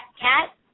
cat